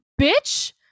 bitch